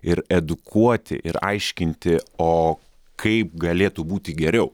ir edukuoti ir aiškinti o kaip galėtų būti geriau